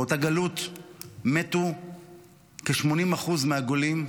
באותה גלות מתו כ-80% מהגולים,